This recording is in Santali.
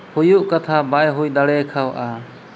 ᱦᱩᱭᱩᱜ ᱠᱟᱛᱷᱟ ᱵᱟᱭ ᱦᱩᱭᱫᱟᱲᱮ ᱠᱟᱣᱟᱜᱼᱟ